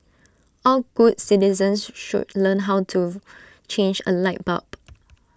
all good citizens should learn how to change A light bulb